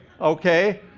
Okay